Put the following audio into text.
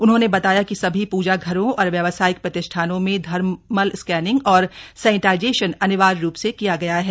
उन्होंने बताया कि सभी पूजा घरों और व्यावसायिक प्रतिष्ठानों में थर्मल स्कैनिंग और सेनिटाइजेशन अनिवार्य रूप से किया गया है